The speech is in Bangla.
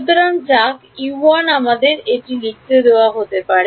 সুতরাং যাক u1 আমাদের এটি লিখতে দেওয়া হতে পারে